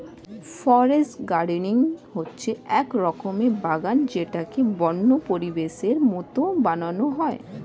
forest gardening হচ্ছে এক রকমের বাগান যেটাকে বন্য পরিবেশের মতো বানানো হয়